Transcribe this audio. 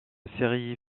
série